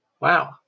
Wow